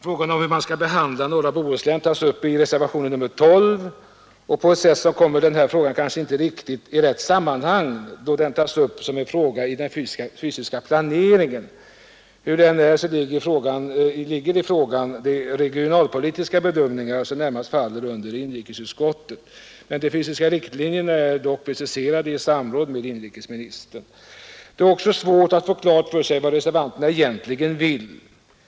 Frågan om hur man skall behandla norra Bohuslän berörs i reservationen 12. På ett sätt kommer den här frågan kanske inte riktigt i rätt sammanhang, då den tas upp som en fråga i den fysiska planeringen. Hur det än är så ligger i den frågan de regionalpolitiska bedömningar som närmast faller under inrikesutskottet. De fysiska riktlinjerna är dock preciserade i samråd med inrikesministern. Det är också svårt att få klart för sig vad reservanterna egentligen vill.